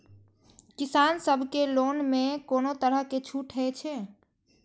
किसान सब के लोन में कोनो तरह के छूट हे छे?